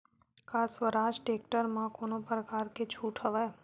का स्वराज टेक्टर म कोनो प्रकार के छूट हवय?